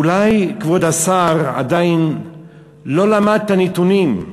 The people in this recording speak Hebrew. אולי כבוד השר עדיין לא למד את הנתונים,